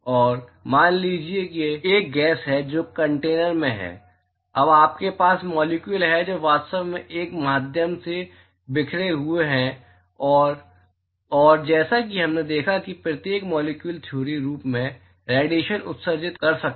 और मान लीजिए कि एक गैस है जो एक कंटेनर में है अब आपके पास मॉलिक्यूल हैं जो वास्तव में इस माध्यम में बिखरे हुए हैं और जैसा कि हमने देखा कि प्रत्येक मॉलिक्यूल थियोरी रूप में रेडिएशन उत्सर्जित कर सकता है